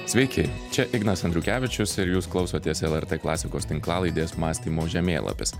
sveiki čia ignas andriukevičius ir jūs klausotės lrt klasikos tinklalaidės mąstymo žemėlapis